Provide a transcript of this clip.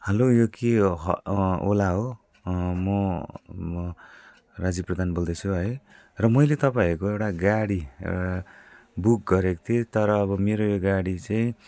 hello यो के Ola हो म म राजीव प्रधान बोल्दैछु है र मैले तपाईँहरूको एउटा गाडी एउटा बुक गरेको थिएँ तर अब मेरो यो गाडी चाहिँ